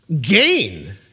Gain